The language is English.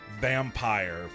vampire